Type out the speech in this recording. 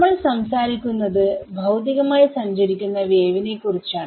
നമ്മൾ സംസാരിക്കുന്നത് ഭൌതികമായി സഞ്ചരിക്കുന്ന വേവിനെ കുറിച്ചാണ്